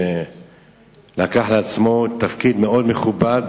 שלקח על עצמו תפקיד מאוד מכובד,